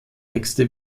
texte